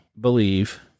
believe